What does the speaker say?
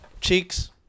cheeks